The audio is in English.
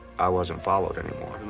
i wasn't followed anymore.